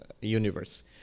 universe